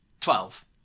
Twelve